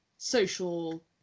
Social